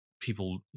people